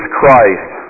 Christ